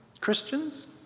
Christians